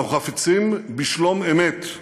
אנחנו חפצים בשלום אמת,